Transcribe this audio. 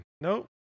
nope